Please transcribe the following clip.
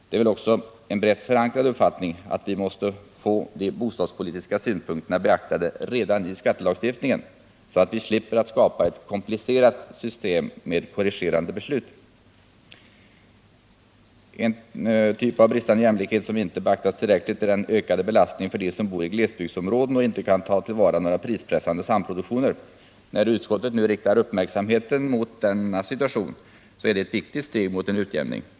Det är väl också en brett förankrad uppfattning att vi måste få de bostadspolitiska synpunkterna beaktade redan i skattelagstiftningen, så att vi slipper skapa ett komplicerat system med korrigerande beslut. En typ av bristande jämlikhet som inte beaktas tillräckligt är den ökande belastningen för dem som bor i glesbygdsområden och inte kan ta till vara några prispressande samproduktioner. När utskottet nu riktar uppmärksamheten mot denna situation är detta ett viktigt steg mot en utjämning.